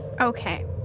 Okay